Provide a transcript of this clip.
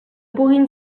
puguin